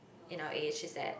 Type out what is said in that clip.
in our age just that